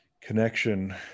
Connection